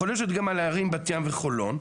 החולשת גם על הערים בת ים וחולון.